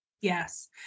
Yes